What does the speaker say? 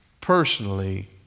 personally